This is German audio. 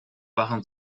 waren